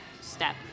step